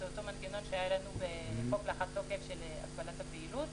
זה אותו מנגנון שהיה לנו בחוק לאחר תוקף של הגבלת הפעילות.